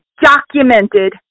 documented